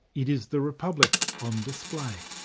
it is the republic on display.